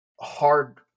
hard –